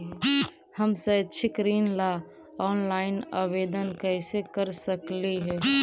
हम शैक्षिक ऋण ला ऑनलाइन आवेदन कैसे कर सकली हे?